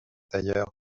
tailleur